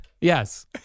Yes